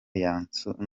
yasahuwe